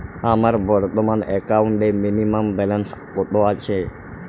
আমার বর্তমান একাউন্টে মিনিমাম ব্যালেন্স কত আছে?